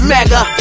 Mega